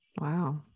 wow